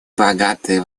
богатые